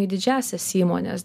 į didžiąsias įmones